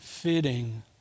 Fitting